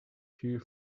here